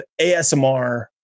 ASMR